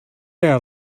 out